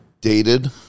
dated